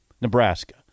Nebraska